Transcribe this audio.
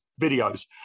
videos